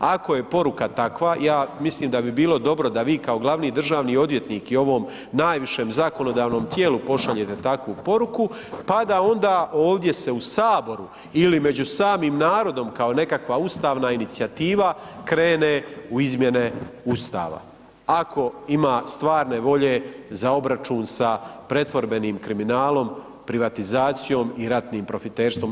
Ako je poruka, ja mislim da bi bilo dobro da vi kao glavni državni odvjetniku u ovom najvišem zakonodavnom tijelu pošaljete takvu poruku pa da onda ovdje se u Saboru ili među samim narodom kao nekakva ustavna inicijativa, krene u izmjene Ustava ako ima stvarne volje za obračun sa pretvorbenim kriminalom, privatizacijom i ratnim profiterstvom.